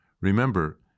Remember